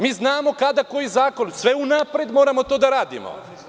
Mi znamo kada koji zakon, sve unapred moramo da radimo.